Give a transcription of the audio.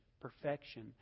Perfection